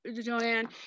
joanne